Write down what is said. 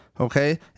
Okay